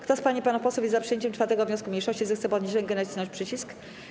Kto z pań i panów posłów jest za przyjęciem 4. wniosku mniejszości, zechce podnieść rękę i nacisnąć przycisk.